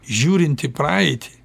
žiūrint į praeitį